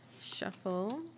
shuffle